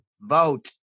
Vote